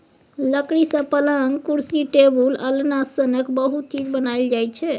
लकड़ी सँ पलँग, कुरसी, टेबुल, अलना सनक बहुत चीज बनाएल जाइ छै